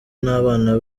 n’abana